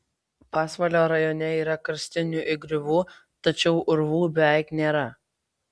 pasvalio rajone yra karstinių įgriuvų tačiau urvų beveik nėra